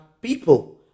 people